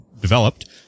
developed